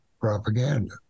Propaganda